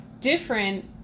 different